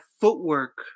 footwork